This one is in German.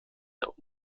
der